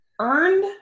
Earned